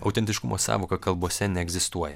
autentiškumo sąvoka kalbose neegzistuoja